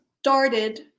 started